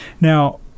Now